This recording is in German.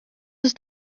ist